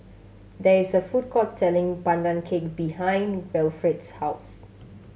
there is a food court selling Pandan Cake behind Wilfred's house